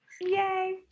Yay